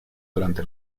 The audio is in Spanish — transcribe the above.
durante